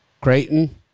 Creighton